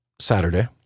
Saturday